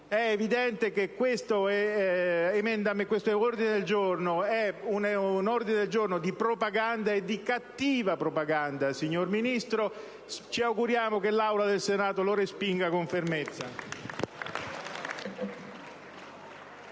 È evidente che questo è un ordine del giorno di cattiva propaganda, signor Ministro, e ci auguriamo che l'Aula del Senato lo respinga con fermezza.